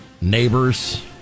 neighbors